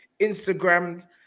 Instagrammed